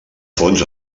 fons